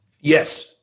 Yes